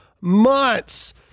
months